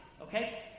okay